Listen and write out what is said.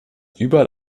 überall